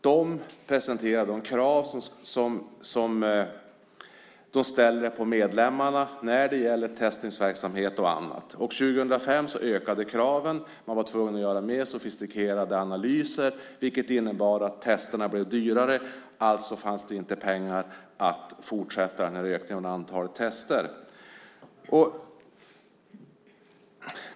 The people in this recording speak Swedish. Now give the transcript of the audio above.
De presenterar de krav som de ställer på medlemmarna när det gäller bland annat testningsverksamhet. År 2005 ökade kraven. Man var tvungen att göra mer sofistikerade analyser, vilket innebar att testerna blev dyrare. Alltså fanns det inte pengar till att fortsätta att öka antalet tester.